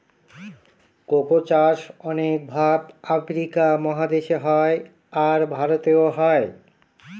cocoa চাষ অনেক ভাগ আফ্রিকা মহাদেশে হয়, আর ভারতেও হয়